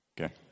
Okay